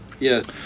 Yes